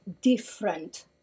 different